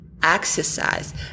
exercise